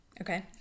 Okay